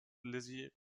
lizzy